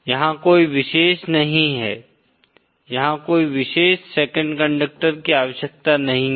यहाँ कोई विशेष नहीं है यहाँ कोई विशेष सेकंड कंडक्टर की आवश्यकता नहीं है